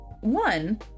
one